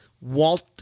Walt